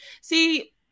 See